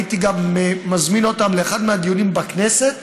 הייתי גם מזמין אותם לאחד מהדיונים בכנסת,